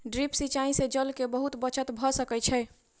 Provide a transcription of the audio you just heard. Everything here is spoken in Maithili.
ड्रिप सिचाई से जल के बहुत बचत भ सकै छै